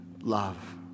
love